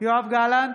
יואב גלנט,